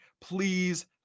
Please